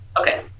okay